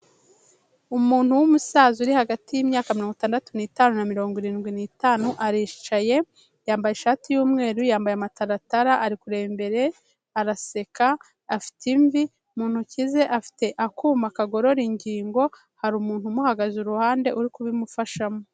Umuntu w'umusaza uri hagati y'imyaka mirongo itandatu n'itanu na mirongo irindwi n'itanu aricaye, yambaye ishati y'umweru yambaye amataratara ari kure imbere araseka afite imvi, mu ntoki ze afite akuma kagorora ingingo, hari umuntu umuhagaze iruhande uri kubimufashamo.